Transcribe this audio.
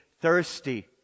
thirsty